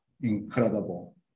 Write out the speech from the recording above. incredible